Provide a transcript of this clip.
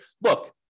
look